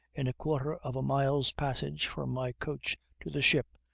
in a quarter of a mile's passage from my coach to the ship,